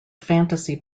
fantasy